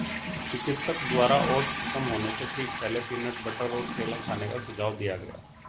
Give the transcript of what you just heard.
चिकित्सक द्वारा ओट्स खत्म होने से ठीक पहले, पीनट बटर और केला खाने का सुझाव दिया गया